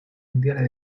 mundiales